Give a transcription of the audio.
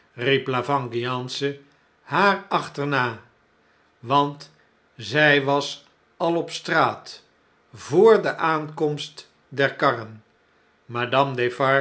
la vengeance haar achterna want zij was al op straat vr de aankomst der karren madame